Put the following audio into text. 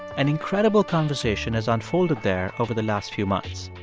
an incredible conversation has unfolded there over the last few months.